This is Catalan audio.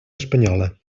espanyola